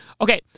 Okay